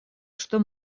что